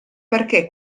perché